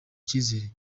icyizere